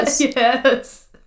Yes